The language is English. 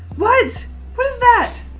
what what is that?